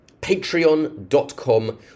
Patreon.com